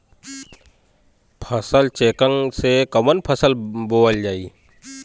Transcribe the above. फसल चेकं से कवन फसल बोवल जाई?